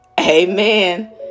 Amen